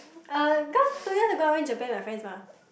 uh because two years ago I went Japan with my friends mah